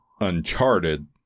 Uncharted